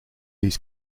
his